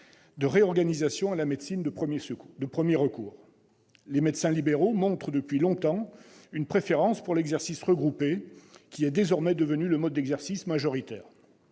de réorganisation de la médecine de premier recours. Les médecins libéraux montrent depuis longtemps une préférence pour l'exercice regroupé, qui est désormais devenu le mode d'exercice majoritaire.